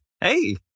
Hey